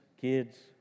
kids